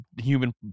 Human